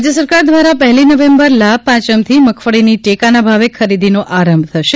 મગફળી રાજય સરાકર દ્વારા પહેલી નવેંબર લાભપાંચમથી મગફળીની ટેકાના ભાવે ખરીદીનો આરંભ થશે